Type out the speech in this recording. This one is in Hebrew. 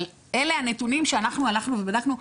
אבל אלה הנתונים שאנחנו הלכנו ובדקנו.